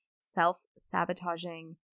self-sabotaging